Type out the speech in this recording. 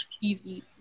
Easy